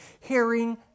hearing